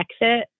exit